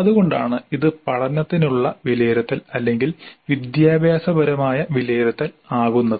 അതുകൊണ്ടാണ് ഇത് പഠനത്തിനുള്ള വിലയിരുത്തൽ അല്ലെങ്കിൽ വിദ്യാഭ്യാസപരമായ വിലയിരുത്തൽ ആകുന്നത്